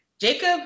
Jacob